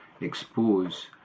expose